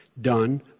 done